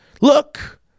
Look